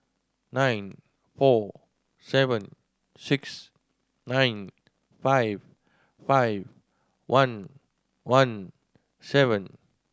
nine four seven six nine five five one one seven